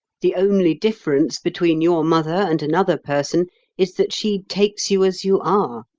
the only difference between your mother and another person is that she takes you as you are,